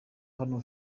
hano